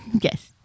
Yes